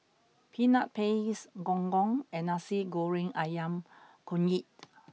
peanut paste gong gong and Nasi Goreng Ayam Kunyit